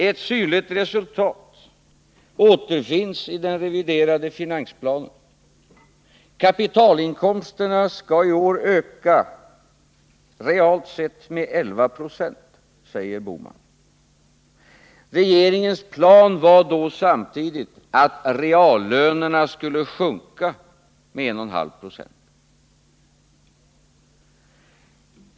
Ett synligt resultat återfinns i den reviderade finansplanen. Kapitalinkomsterna skall i år öka realt sett med 11 26, säger herr Bohman. Regeringens plan var då samtidigt att reallönerna skulle sjunka med 1,5 96.